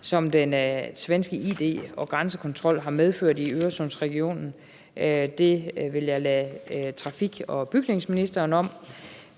som den svenske id- og grænsekontrol har medført i Øresundsregionen. Det vil jeg lade trafik- og bygningsministeren om.